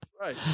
right